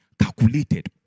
calculated